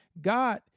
God